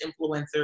influencers